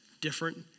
different